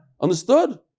Understood